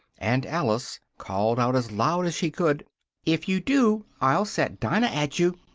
and alice called out as loud as she could if you do, i'll set dinah at you!